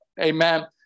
Amen